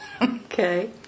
Okay